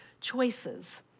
choices